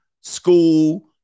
school